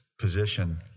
position